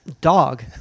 Dog